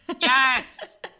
Yes